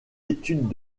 études